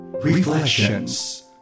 Reflections